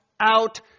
out